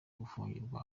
gufungirwa